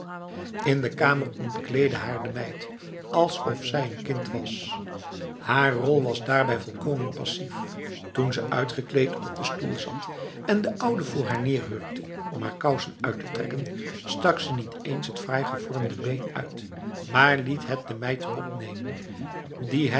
in de kamer ontkleedde haar de meid alsof zij een kind was haar rol was daarbij volkomen passief toen ze uitgekleed op de stoel zat en de oude voor haar neerhurkte om haar kousen uit te trekken stak ze niet eens het fraaigevormde been uit maar liet het de meid opnemen die